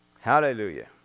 Hallelujah